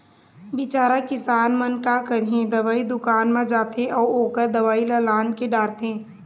बिचारा किसान मन का करही, दवई दुकान म जाथे अउ ओखर दवई ल लानके डारथे